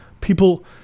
People